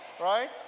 right